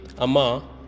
Ama